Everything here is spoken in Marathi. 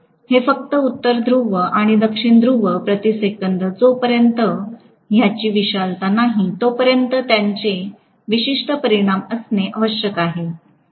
हे फक्त उत्तर ध्रुव आणि दक्षिण ध्रुव प्रति सेकंद जोपर्यंत त्याची विशालता नाही तोपर्यंत याचे विशिष्ट परिमाण असणे आवश्यक आहे